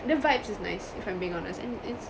the vibes is nice if I'm being honest and it's